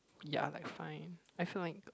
ya like fine I feel like